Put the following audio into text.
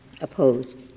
opposed